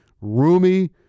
roomy